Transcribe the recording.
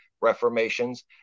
reformations